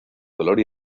dolor